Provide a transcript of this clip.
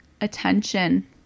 attention